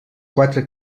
quatre